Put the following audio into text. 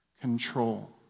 Control